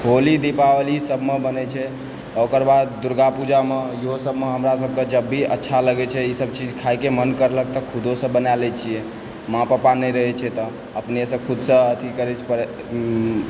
होली दीपावली सभमे बनय छै ओकर बाद दुर्गा पुजामऽ इहो सभमे हमरा सभके जब भी अच्छा लगय छै ईसभ चीज खाइके मन करलक तऽ खुदोसँ बना लैत छियै माँ पापा नहि रहय छै तऽ अपनेसँ खुदसँ अथी करय छी पर